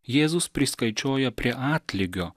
jėzus priskaičioja prie atlygio